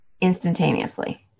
instantaneously